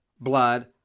blood